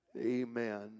Amen